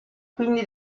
quindi